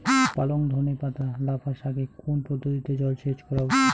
পালং ধনে পাতা লাফা শাকে কোন পদ্ধতিতে জল সেচ করা উচিৎ?